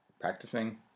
practicing